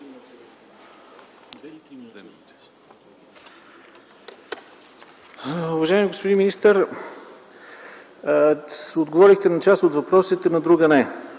Уважаеми господин министър, отговорихте на част от въпросите, на друга – не.